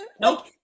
Nope